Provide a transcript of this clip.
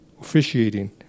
officiating